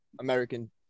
American